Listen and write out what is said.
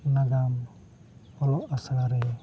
ᱱᱟᱜᱟᱢ ᱚᱞᱚᱜ ᱟᱥᱲᱟ ᱨᱮ